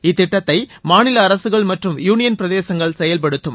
இந்த திட்டத்தை மாநில அரசுகள் மற்றும் யூனியன் பிரதேசங்கள் செயல்படுத்தும்